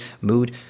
mood